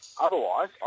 Otherwise